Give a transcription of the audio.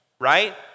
Right